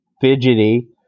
fidgety